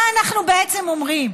מה אנחנו בעצם אומרים?